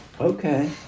Okay